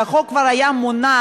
כשהחוק כבר היה מונח,